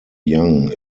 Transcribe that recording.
young